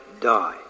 die